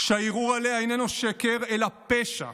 והערעור עליה איננו שקר אלא פשע.